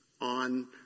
on